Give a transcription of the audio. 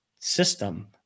system